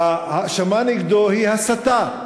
ההאשמה נגדו היא הסתה.